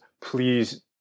please